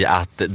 att